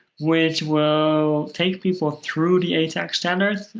which will take people through the atag standard,